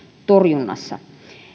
torjunnassa